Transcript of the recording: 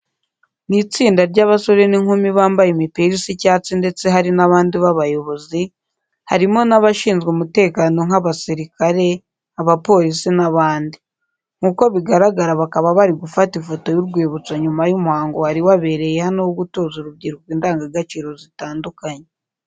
Ni itsinda ry'abasore n'inkumi bambaye imipira isa icyatsi ndetse hari n'abandi b'abayobozi, harimo n'abashinzwe umutekano nk'abasirikare, abapolisi n'abandi. Nkuko bigaragara bakaba bari gufata ifoto y'urwibutso nyuma y'umuhango wari wabereye hano wo gutoza urubyiruko indangagaciro zitandukanye.